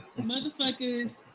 motherfuckers